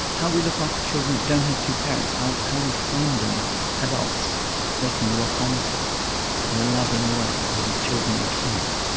how we look after children that don't have two parents, how how we find them adults that they can lock onto in a loving way, that is children in care,